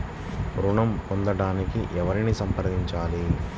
ఋణం పొందటానికి ఎవరిని సంప్రదించాలి?